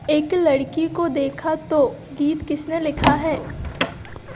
एक लड़की को देखा तो गीत किसने लिखा है